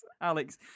alex